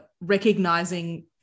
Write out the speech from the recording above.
recognizing